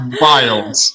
wild